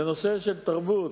בנושא של תרבות